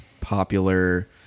popular